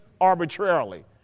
arbitrarily